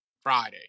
Friday